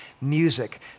music